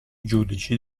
giudici